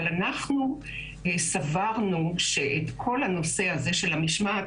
אבל אנחנו סברנו שאת כל הנושא הזה של המשמעת